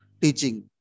teaching